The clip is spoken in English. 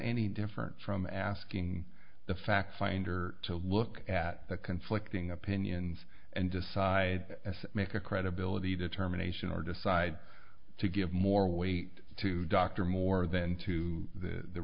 any different from asking the fact finder to look at the conflicting opinions and decide make a credibility determination or decide to give more weight to dr more than to the